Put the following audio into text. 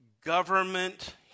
government